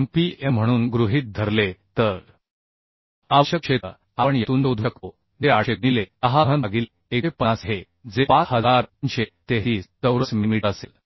MPa म्हणून गृहीत धरले तर आवश्यक क्षेत्र आपण यातून शोधू शकतो जे 800 गुणिले 10 घन भागिले 150 आहे जे 5333 चौरस मिलीमीटर असेल